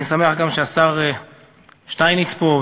אני שמח גם שהשר שטייניץ פה,